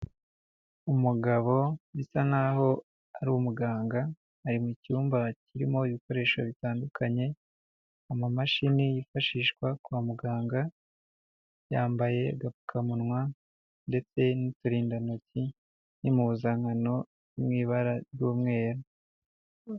Umugabo bisa nkaho ari umuganga ari mu cyumba kirimo ibikoresho bitandukanye amamashini yifashishwa kwa muganga, yambaye agapfukamunwa ndetse n'uturindantoki n'impuzankano mu ibara ry'umweru.